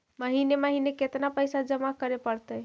महिने महिने केतना पैसा जमा करे पड़तै?